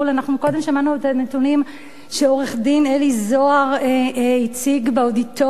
אנחנו קודם שמענו את הנתונים שעורך-דין אלי זוהר הציג באודיטוריום,